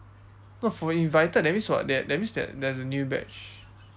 no for invited that's means what that means that there's a new batch